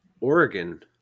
Oregon